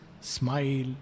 smile